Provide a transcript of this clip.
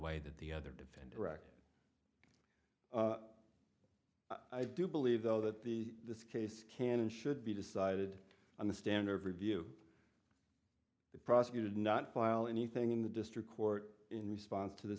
way that the other defend record i do believe though that the this case can and should be decided on the standard of review the prosecutor did not file anything in the district court in response to the